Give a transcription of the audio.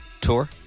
Tour